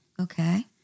Okay